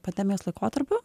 pandemijos laikotarpiu